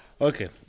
Okay